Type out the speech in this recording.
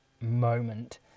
moment